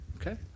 okay